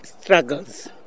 struggles